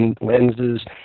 lenses